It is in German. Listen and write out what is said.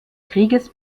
krieges